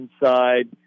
inside